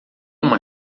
uma